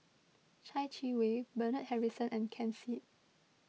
Chai Yee Wei Bernard Harrison and Ken Seet